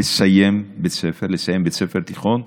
לסיים בית ספר תיכון,